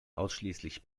ausschließlich